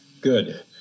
Good